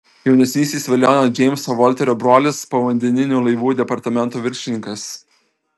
jaunesnysis velionio džeimso volterio brolis povandeninių laivų departamento viršininkas